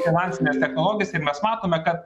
finansines technologijas ir mes matome kad